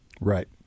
Right